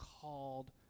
called